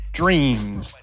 dreams